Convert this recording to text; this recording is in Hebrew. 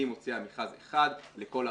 אני מוציאה מכרז אחד לכל הרשויות.